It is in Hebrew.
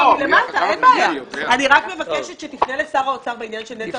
אני רק מבקשת שתפנה לשר האוצר בעניין של נטו עסקים קטנים ובינוניים.